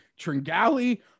Tringali